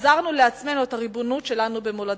החזרנו לעצמנו את הריבונות שלנו במולדתנו,